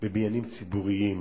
בבניינים ציבוריים,